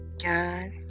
God